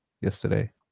yesterday